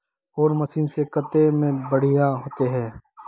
कौन मशीन से कते में बढ़िया होते है?